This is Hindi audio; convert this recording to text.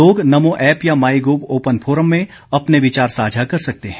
लोग नमो ऐप या माई गोव ओपन फोरम में अपने विचार साझा कर सकते हैं